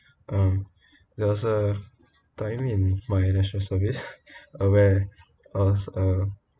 um there was a time in my national service uh where I was uh